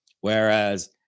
whereas